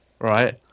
right